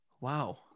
Wow